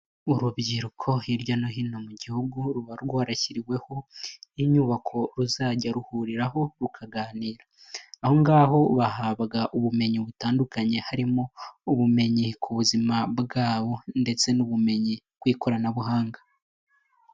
Urubyiruko hirya no hino mu gihugu ruba rwarashyiriweho inyubako ruzajya ruhuriraho rukaganira, aho ngaho bahabwaga ubumenyi butandukanye harimo, ubumenyi ku buzima bwabo ndetse n'ubumenyi bw'ikoranabuhanga.